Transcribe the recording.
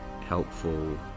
helpful